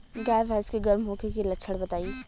गाय भैंस के गर्म होखे के लक्षण बताई?